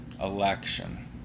election